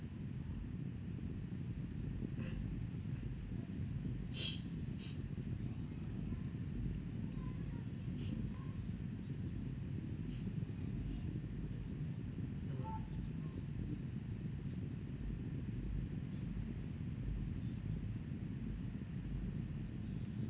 mm